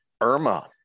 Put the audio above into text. Irma